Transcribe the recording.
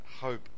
hope